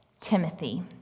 Timothy